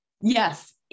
Yes